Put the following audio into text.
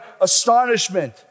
astonishment